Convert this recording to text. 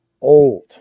old